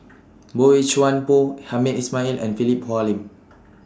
Boey Chuan Poh Hamed Ismail and Philip Hoalim